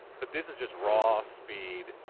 but this is just raw speed,